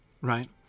right